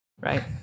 right